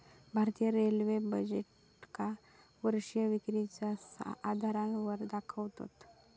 भारतीय रेल्वे बजेटका वर्षीय विक्रीच्या आधारावर दाखवतत